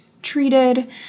treated